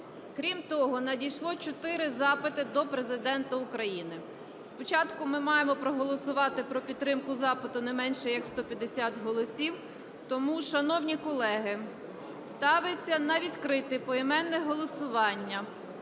Крім того, надійшло чотири запити до Президента України. Спочатку ми маємо проголосувати про підтримку запиту на менше як 150 голосів. Тому, шановні колеги, ставиться на відкрите поіменне голосування